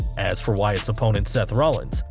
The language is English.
as for wyatt's opponent seth rollins,